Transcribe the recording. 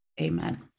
amen